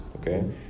okay